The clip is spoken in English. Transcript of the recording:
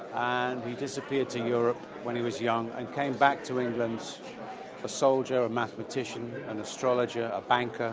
and he disappeared to europe when he was young and came back to england a soldier, a mathematician, an astrologer, a banker